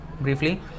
briefly